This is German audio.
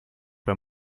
bei